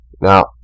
Now